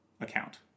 account